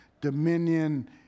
dominion